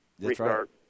restart